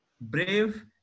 brave